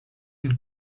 une